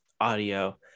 audio